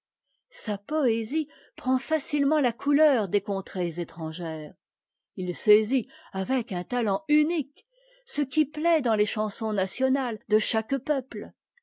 sa poésie prend facilement la couleur des montrées étrangères ii saisit avec un talent unique ce qui plaît dans les chansons nationales de chaque peuple